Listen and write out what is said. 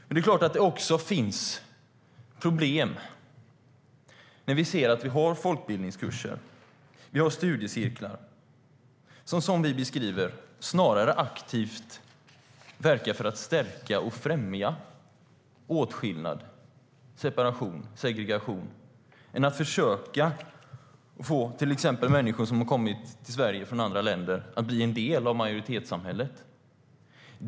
Men det är klart att det också finns problem. Vi ser att vi har folkbildningskurser och studiecirklar som, som vi beskriver det, snarare aktivt verkar för att stärka och främja åtskillnad, separation och segregation än att till exempel försöka få människor som har kommit till Sverige från andra länder att bli en del av majoritetssamhället.